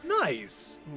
nice